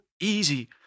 easy